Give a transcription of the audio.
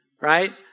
right